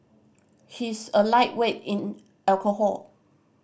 he is a lightweight in alcohol